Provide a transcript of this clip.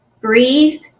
Breathe